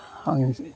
आं